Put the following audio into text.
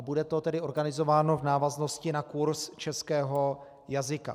Bude to tedy organizováno v návaznosti na kurz českého jazyka.